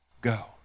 go